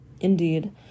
Indeed